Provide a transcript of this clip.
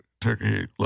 Turkey